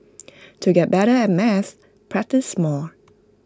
to get better at maths practise more